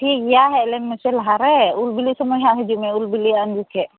ᱴᱷᱤᱠ ᱜᱮᱭᱟ ᱦᱮᱡᱞᱮᱱ ᱢᱮᱥᱮ ᱞᱟᱦᱟ ᱨᱮ ᱩᱞ ᱵᱤᱞᱤ ᱥᱚᱢᱳᱭ ᱦᱟᱸᱜ ᱦᱤᱡᱩᱜ ᱢᱮ ᱩᱞ ᱵᱤᱞᱤᱜᱼᱟ ᱩᱱ ᱡᱚᱠᱷᱚᱱ